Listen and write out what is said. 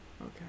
Okay